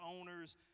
owners